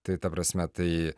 tai ta prasme tai